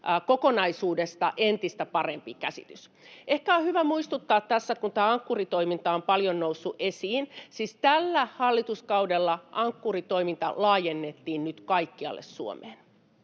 kokonaisuudesta entistä parempi käsitys. Ehkä on hyvä muistuttaa tässä, kun tämä Ankkuri-toiminta on paljon noussut esiin: siis tällä hallituskaudella Ankkuri-toiminta laajennettiin nyt kaikkialle Suomeen.